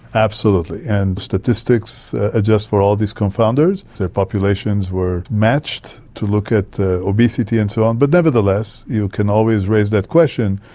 absolutely, and statistics adjust for all these confounders, their populations were matched to look at the obesity and so on, but nevertheless you can always raise that question,